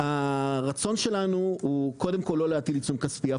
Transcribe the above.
הרצון שלנו הוא קודם כל לא להטיל עיצום כספי,